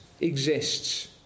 exists